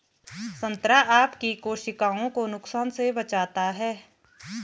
संतरा आपकी कोशिकाओं को नुकसान से बचाता है